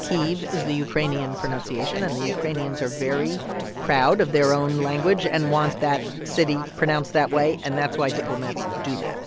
keev is the ukrainian pronunciation. and the ukrainians are very proud of their own language and want that city pronounced that way. and that's why diplomats do that